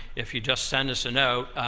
if you just send us a note,